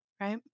right